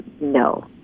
No